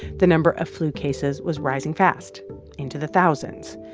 the number of flu cases was rising fast into the thousands.